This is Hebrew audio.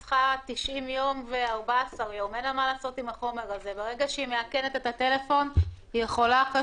השאלה למה צריך את שני הגופים שיעשו את פעולת האיכון?